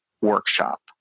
workshop